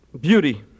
Beauty